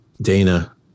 Dana